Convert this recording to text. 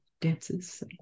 dances